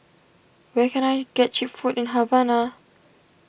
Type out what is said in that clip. where can I get Cheap Food in Havana